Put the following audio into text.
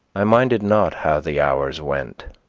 i minded not how the hours went.